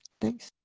thanks.